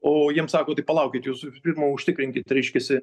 o jiems sako tai palaukit jūs pirma užtikrinkit reiškiasi